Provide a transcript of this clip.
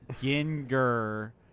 Ginger